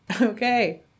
Okay